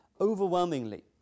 overwhelmingly